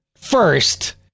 first